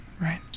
right